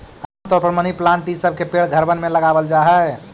आम तौर पर मनी प्लांट ई सब के पेड़ घरबन में लगाबल जा हई